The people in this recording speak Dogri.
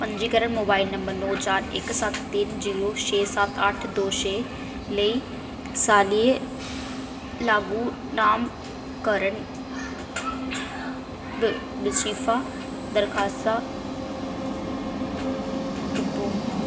पंजीकृत मोबाइल नंबर नौ चार इक सत्त तिन जीरो छे सत्त अट्ठ दो छे लेई सारियां लागू नामकरण बजीफा दरखास्तां तुप्पो